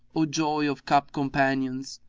o joy of cup companions,